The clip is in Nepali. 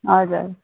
हजुर